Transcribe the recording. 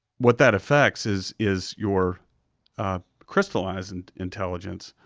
what that affects is is your crystallized and intelligence.